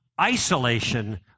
isolation